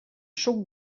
suc